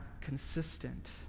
consistent